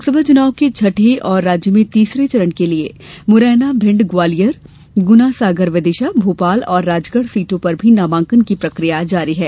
लोकसभा चुनाव के छठे और राज्य में तीसरे चरण के लिए मुरैना भिंड ग्वालियर गुना सागर विदिशा भोपाल और राजगढ़ सीटों पर भी नामांकन की प्रक्रिया जारी है